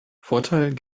vorteil